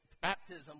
baptism